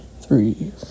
three